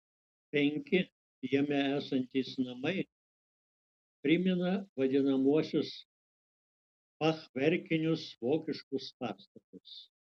penki jame esantys namai primena vadinamuosius fachverkinius vokiškus pastatus